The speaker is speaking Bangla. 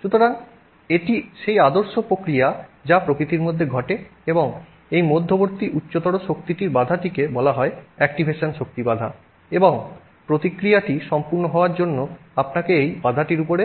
সুতরাং এটি সেই আদর্শ প্রক্রিয়া যা প্রকৃতির মধ্যে ঘটে এবং এই মধ্যবর্তী উচ্চতর শক্তিটির বাধাটিকে বলা হয় অ্যাক্টিভেশন শক্তি বাধা এবং প্রতিক্রিয়াটি সম্পূর্ণ হওয়ার জন্য আপনাকে এই বাধাটির উপরে